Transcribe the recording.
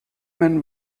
men